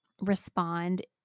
respond